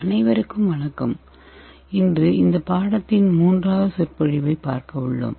அனைவருக்கும் வணக்கம் இன்று இந்த பாடத்தின் மூன்றாவது சொற்பொழிவைப் பார்க்க உள்ளோம்